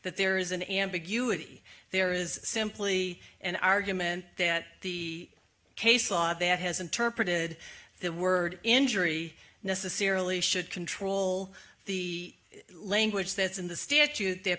that there is an ambiguity there is simply an argument that the case law that has interpreted the word injury necessarily should control the language that's in the statute that